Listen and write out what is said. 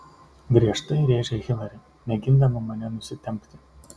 griežtai rėžia hilari mėgindama mane nusitempti